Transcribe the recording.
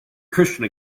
christian